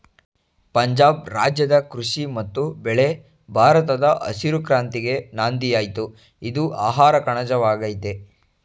ಪಂಜಾಬ್ ರಾಜ್ಯದ ಕೃಷಿ ಮತ್ತು ಬೆಳೆ ಭಾರತದ ಹಸಿರು ಕ್ರಾಂತಿಗೆ ನಾಂದಿಯಾಯ್ತು ಇದು ಆಹಾರಕಣಜ ವಾಗಯ್ತೆ